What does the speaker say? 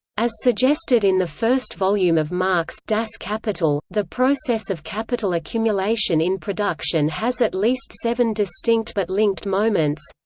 as suggested in the first volume of marx' das kapital, the process of capital accumulation in production has at least seven distinct but linked moments